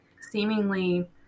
seemingly